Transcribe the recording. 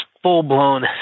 full-blown